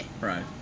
Right